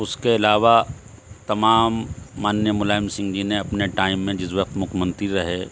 اس کے علاوہ تمام مانیہ ملائم سنگھ جی نے اپنے ٹائم میں جس وقت مکھیہ منتری رہے